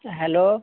hello